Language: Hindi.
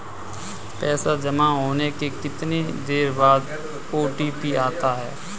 पैसा जमा होने के कितनी देर बाद ओ.टी.पी आता है?